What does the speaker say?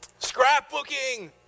scrapbooking